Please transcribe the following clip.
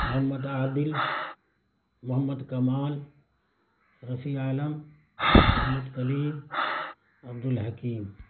Muhammad Adil Mohammad Kamal Rafi Alam Mohammad Kaleem Abdul Hakim